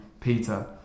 Peter